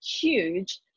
huge